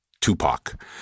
Tupac